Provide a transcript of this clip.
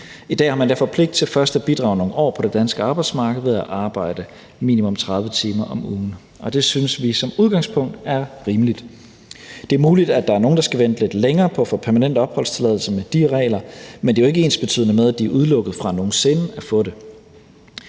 I dag har man derfor pligt til først at bidrage nogle år på det danske arbejdsmarked ved at arbejde i minimum 30 timer om ugen. Og det synes vi som udgangspunkt er rimeligt. Det er muligt, at der er nogle, der skal vente lidt længere på at få permanent opholdstilladelse med de regler, men det er jo ikke ensbetydende med, at de er udelukket fra nogen